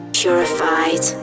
purified